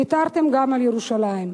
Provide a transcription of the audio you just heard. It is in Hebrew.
ויתרתם גם על ירושלים.